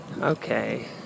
Okay